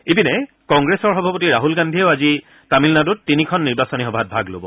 ইপিনে কংগ্ৰেছৰ সভাপতি ৰাহুল গান্ধীয়েও আজি তামিলনাডুত তিনিখন নিৰ্বাচনী সভাত ভাগ লব